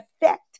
effect